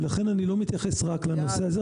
ולכן אני לא מתייחס רק לנושא הזה.